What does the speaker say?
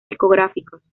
discográficos